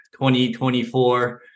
2024